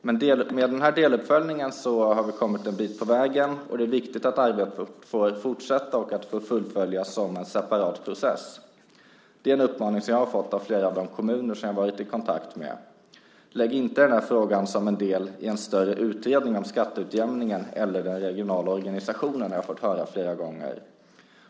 Med deluppföljningen har vi kommit en bit på vägen. Det är viktigt att arbetet får fortsätta och fullföljas som en separat process. Det är en uppmaning jag har fått av flera av de kommuner jag har varit i kontakt med. Lägg inte denna fråga som en del i en större utredning om skatteutjämningen eller den regionala organisationen, har jag fått höra flera gånger.